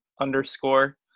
underscore